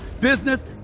business